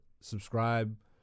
subscribe